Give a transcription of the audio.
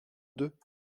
deux